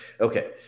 Okay